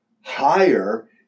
higher